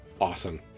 awesome